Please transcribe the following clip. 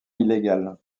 illégale